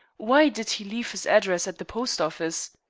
why did he leave his address at the post-office?